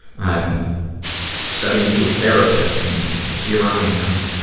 i'm studying to be a therapist and, you know, here i am, you